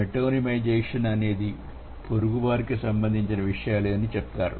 metonymization అనేది పొరుగువారికి సంబంధించిన విషయాలు అని చెప్పాను